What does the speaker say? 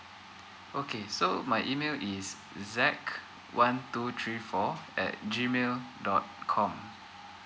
okay so my email is zack one two three four at G mail dot com